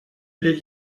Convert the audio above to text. les